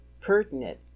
pertinent